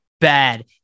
bad